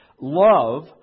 love